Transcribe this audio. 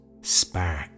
spark